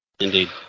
Indeed